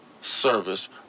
service